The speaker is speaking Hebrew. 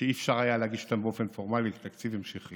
שלא היה אפשר להגיש אותם באופן פורמלי כתקציב המשכי,